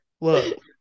Look